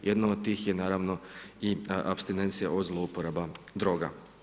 Jedno od tih je naravno i apstinencija od zlouporaba droga.